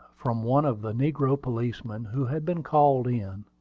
from one of the negro policemen who had been called in,